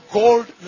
gold